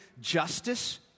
justice